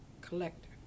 collector